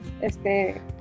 este